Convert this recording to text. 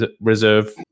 reserve